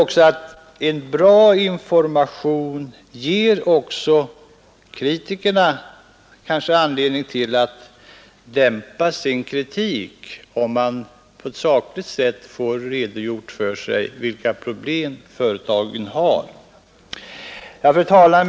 Jag tror att en bra information också ger kritikerna anledning att i vissa fall dämpa sin kritik, om de på ett sakligt sätt får redogjort för sig vilka problem företagen har. Fru talman!